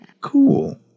cool